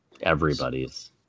everybody's